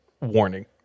Warning